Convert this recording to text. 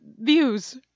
views